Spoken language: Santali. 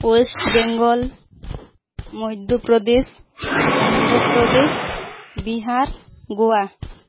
ᱳᱭᱮᱥᱴ ᱵᱮᱝᱜᱚᱞ ᱢᱚᱫᱷᱚᱯᱨᱚᱫᱮᱥ ᱚᱱᱫᱷᱚᱯᱨᱚᱫᱮᱥ ᱵᱤᱦᱟᱨ ᱜᱳᱣᱟ